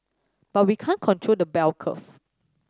but we can't control the bell curve